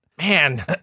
Man